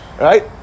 Right